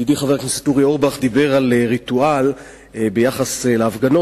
ידידי חבר הכנסת אורי אורבך דיבר על ריטואל ביחס להפגנות,